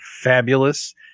fabulous